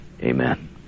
Amen